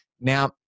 Now